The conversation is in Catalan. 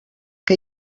què